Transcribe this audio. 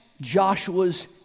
Joshua's